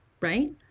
right